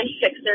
fixer